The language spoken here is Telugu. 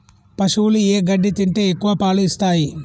పశువులు ఏ గడ్డి తింటే ఎక్కువ పాలు ఇస్తాయి?